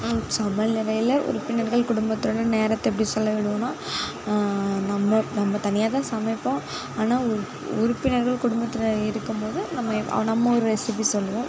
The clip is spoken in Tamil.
சமையலறையில் உறுப்பினர்கள் குடும்பத்தோட நேரத்தை எப்படி செலவிடுவோன்னா நம்ம நம்ப தனியாக தான் சமைப்போம் ஆனால் உறுப்பினர்கள் குடும்பத்தில் இருக்கும்போது நம்ம நம்ம ஒரு ரெசிபி சொல்லுவோம்